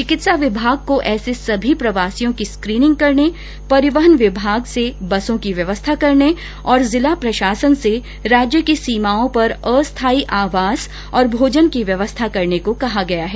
चिकित्सा विभाग को ऐसे सभी प्रवसियों की स्क्रीनिंग करने परिवहन विभाग से बसों की व्यवस्था करने तथा और जिला प्रशासन से राज्य की सीमाओं पर अस्थायी आवास और भोजन की व्यवस्था करने को कहा गया है